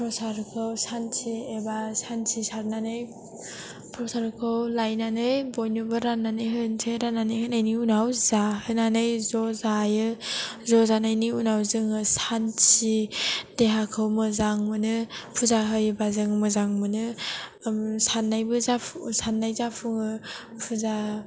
फ्रसादखौ सान्थि एबा सान्थि सारनानै फ्रसादखौ लायनानै बयनोबो राननानै होसै राननानै होनायनि उनाव जाहोनानै ज' जायो ज' जानायनि उनाव जोङो सान्थि देहाखौ मोजां मोनो फुजा होयोबा जों मोजां मोनो साननाय जाफुङो फुजा